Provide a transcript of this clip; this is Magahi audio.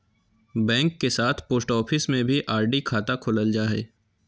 बैंक के साथ पोस्ट ऑफिस में भी आर.डी खाता खोलल जा हइ